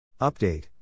Update